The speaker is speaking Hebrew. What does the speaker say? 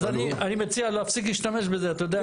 אז אני מציע להפסיק להשתמש בזה אתה יודע.